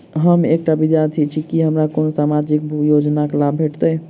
हम एकटा विद्यार्थी छी, की हमरा कोनो सामाजिक योजनाक लाभ भेटतय?